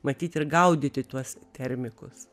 matyt ir gaudyti tuos termikus